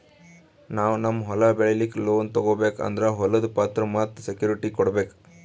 ನಾವ್ ನಮ್ ಹೊಲ ಬೆಳಿಲಿಕ್ಕ್ ಲೋನ್ ತಗೋಬೇಕ್ ಅಂದ್ರ ಹೊಲದ್ ಪತ್ರ ಮತ್ತ್ ಸೆಕ್ಯೂರಿಟಿ ಕೊಡ್ಬೇಕ್